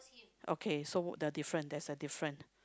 okay so the different there's a difference